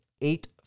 eight